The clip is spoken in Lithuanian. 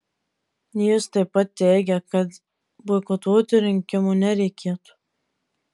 jis taip pat teigė kad boikotuoti rinkimų nereikėtų